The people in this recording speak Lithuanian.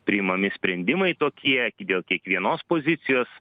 priimami sprendimai tokie dėl kiekvienos pozicijos